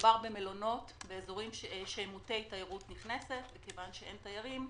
מדובר במלונות באזורי תיירות נכנסת ומכיוון שאין תיירות,